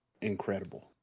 incredible